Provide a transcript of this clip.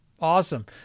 Awesome